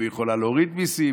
והיא יכולה להוריד מיסים,